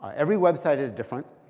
every website is different.